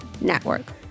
network